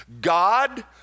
God